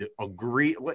agree